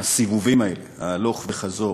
הסיבובים האלה, ההלוך וחזור,